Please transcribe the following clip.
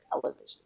television